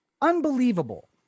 unbelievable